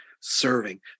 serving